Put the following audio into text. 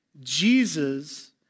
Jesus